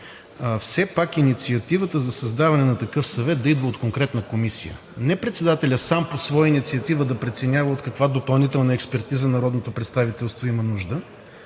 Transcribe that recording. все пак инициативата за създаване на такъв съвет да идва от конкретна комисия, а не председателят сам по своя инициатива да прецeнява от каква допълнителна експертиза народното представителство има нужда?